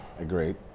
Agreed